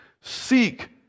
seek